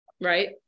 right